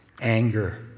anger